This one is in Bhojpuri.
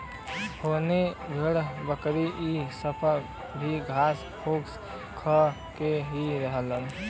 हिरन भेड़ बकरी इ सब भी घास फूस खा के ही रहलन